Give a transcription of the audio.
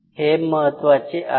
हे महत्वाचे आहे